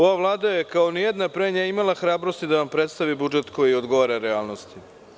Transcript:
Ova Vlada je, kao ni jedna pre, imala hrabrosti da vam predstavi budžet koji odgovara realnosti.